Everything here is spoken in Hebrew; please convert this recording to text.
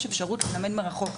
יש אפשרות ללמד מרחוק.